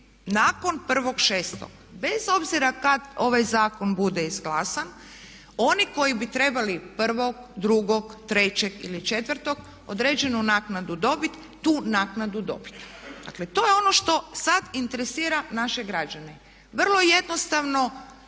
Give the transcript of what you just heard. nakon 1.6. bez obzira kad ovaj zakon bude izglasan, oni koji bi trebali 1.,2., 3. ili 4. određenu naknadu dobiti tu naknadu dobiti. Dakle, to je ono što interesira naše građane. Vrlo jednostavno